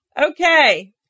Okay